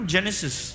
Genesis